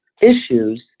issues